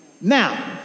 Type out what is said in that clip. Now